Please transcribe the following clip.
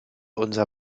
unser